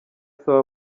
asaba